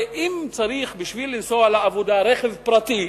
אם צריך בשביל לנסוע לעבודה רכב פרטי,